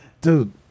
dude